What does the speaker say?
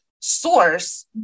source